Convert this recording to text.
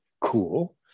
cool